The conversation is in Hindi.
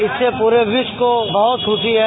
इससे पूरे विश्व को बहुत खुशी है